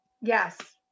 Yes